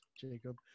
Jacob